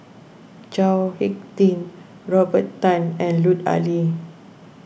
Chao Hick Tin Robert Tan and Lut Ali